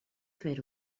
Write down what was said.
fer